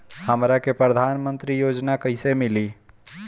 हमरा के प्रधानमंत्री योजना कईसे मिली?